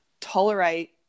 tolerate